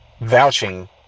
vouching